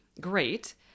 great